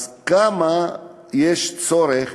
אז כמה יש צורך,